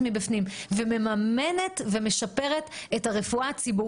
הייתה ב-30 באוקטובר 2021 והישיבה האחרונה נגמרה ביום רביעי בשתיים לפנות